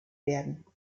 werden